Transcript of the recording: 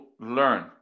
learn